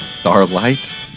Starlight